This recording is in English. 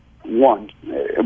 one